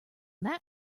that